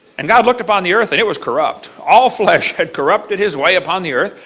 and god looked upon the earth and it was corrupt. all flesh had corrupted his way upon the earth.